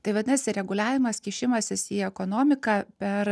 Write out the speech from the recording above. tai vadinasi reguliavimas kišimasis į ekonomiką per